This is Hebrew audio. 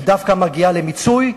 דווקא מגיעה למיצוי,